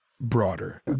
broader